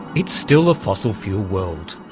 it's still a fossil fuel world.